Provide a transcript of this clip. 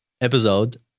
episode